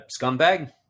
scumbag